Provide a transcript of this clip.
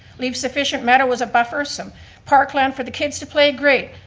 leave sufficient matter was a buffersome parkland for the kids to play, great.